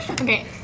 Okay